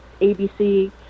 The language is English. ABC